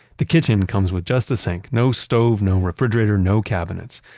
the kitchen comes with just a sink, no stove, no refrigerator, no cabinets.